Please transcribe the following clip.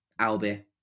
Albie